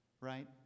right